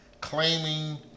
claiming